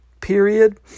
period